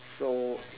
so